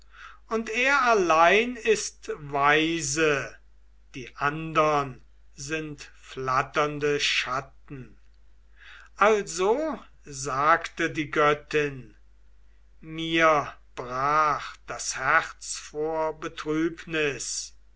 und er allein ist weise die andern sind flatternde schatten also sagte die göttin mir brach das herz vor betrübnis